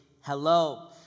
hello